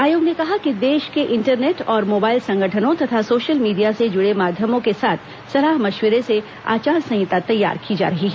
आयोग ने कहा कि देश के इंटरनेट और मोबाइल संगठनों तथा सोशल मीडिया से जुड़े माध्यमों के साथ सलाह मशविरे से आचार संहिता तैयार की जा रही है